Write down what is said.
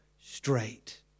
straight